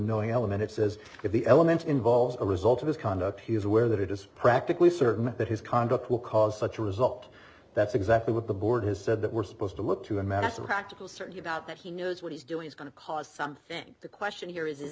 knowing element it's as if the elements involved a result of his conduct he is aware that it is practically certain that his conduct will cause such a result that's exactly what the board has said that we're supposed to look to a massive practical certainty about that he knows what he's doing is going to cost something the question here is is